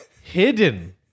hidden